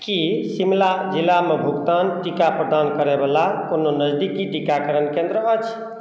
की शिमला जिलामे भुगतान टीका प्रदान करयबला कोनो नजदीकी टीकाकरण केन्द्र अछि